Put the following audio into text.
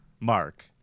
mark